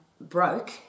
broke